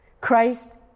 Christ